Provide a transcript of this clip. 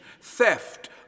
theft